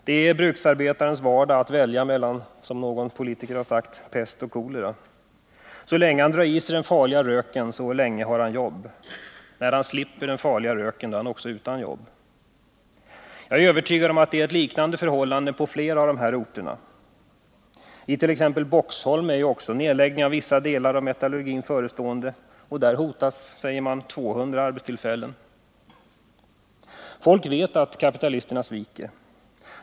Det är bruksarbetarens vardag att välja mellan, som någon politiker har uttryckt sig, pest och kolera. Så länge han drar i sig den farliga röken har han jobb. När han slipper den farliga röken är han utan jobb. Jag är övertygad om att det är liknande förhållanden på flera av de här orterna. I t.ex. Boxholm är också nedläggning av vissa delar av metallurgin förestående och där hotas, säger man, 200 arbeten. Folk vet att kapitalisterna sviker.